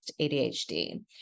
ADHD